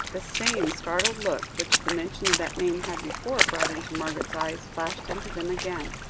the same startled look which the mention of that name had before brought into margaret's eyes, flashed into them again.